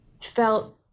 felt